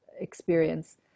experience